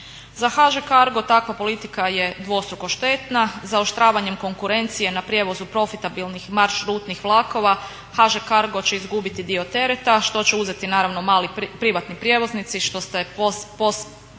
Za HŽ Cargo takva politika je dvostruko štetna, zaoštravanjem konkurencije na prijevozu profitabilnih maršrutnih vlakova HŽ Cargo će izgubiti dio tereta što će uzeti mali privatni prijevoznici što ste post